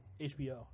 HBO